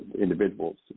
individuals